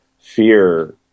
fear